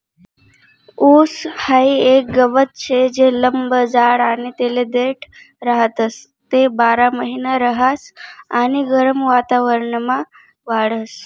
ऊस हाई एक गवत शे जे लंब जाड आणि तेले देठ राहतस, ते बारामहिना रहास आणि गरम वातावरणमा वाढस